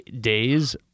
days